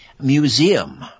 museum